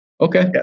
Okay